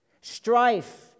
Strife